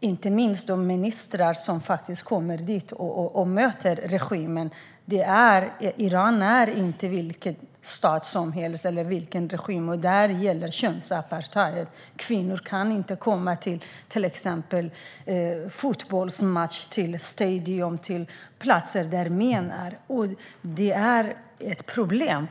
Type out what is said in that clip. inte minst de ministrar som åker dit och möter regimen. Iran är inte vilken stat som helst. Där gäller könsapartheid. Kvinnor kan till exempel inte gå på en fotbollsmatch på en stadion eller andra platser där det finns män. Det är ett problem.